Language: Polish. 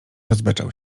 rozbeczał